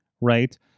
right